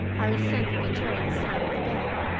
i resented the jarring sound of the bell.